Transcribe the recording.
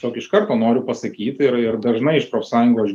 tiesiog iš karto noriu pasakyt ir ir dažnai iš profsąjungos